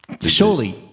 Surely